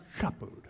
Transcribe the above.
shepherd